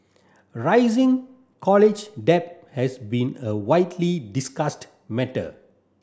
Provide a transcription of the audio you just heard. rising college debt has been a widely discussed matter